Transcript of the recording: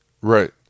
Right